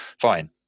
fine